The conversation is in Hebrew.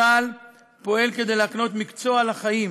צה"ל פועל כדי להקנות מקצוע לחיים